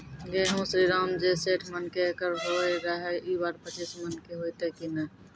गेहूँ श्रीराम जे सैठ मन के एकरऽ होय रहे ई बार पचीस मन के होते कि नेय?